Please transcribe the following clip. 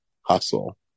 Hustle